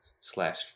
slash